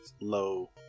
low